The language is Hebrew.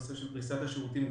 פריסת השירותים,